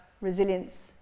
resilience